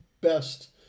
best